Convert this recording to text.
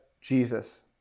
Jesus